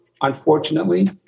unfortunately